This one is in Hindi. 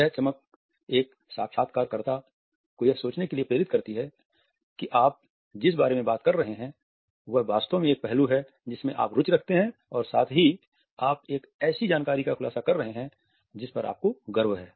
यह चमक एक साक्षात्कार कर्ता को यह सोचने के लिए प्रेरित करती है कि आप जिस बारे में बात कर रहे हैं वह वास्तव में एक पहलू है जिसमें आप रुचि रखते हैं और साथ ही आप एक ऐसी जानकारी का खुलासा कर रहे हैं जिस पर आपको गर्व है